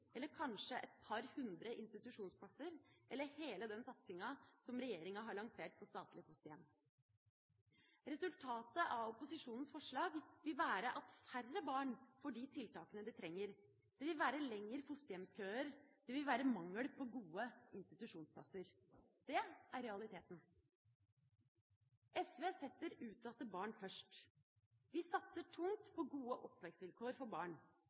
eller kanskje et par hundre institusjonsplasser eller hele den satsinga som regjeringa har lansert på statlige fosterhjem. Resultatet av opposisjonens forslag vil være at færre barn får de tiltakene de trenger, det vil være lengre fosterhjemskøer, det vil være mangel på gode institusjonsplasser. Det er realiteten. SV setter utsatte barn først. Vi satser tungt på gode oppvekstvilkår for barn